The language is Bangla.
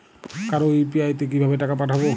কারো ইউ.পি.আই তে কিভাবে টাকা পাঠাবো?